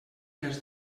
les